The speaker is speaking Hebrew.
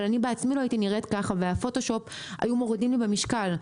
אבל אני בעצמי לא הייתי נראית כך ועם פוטושופ היו מורידים לי במשקל.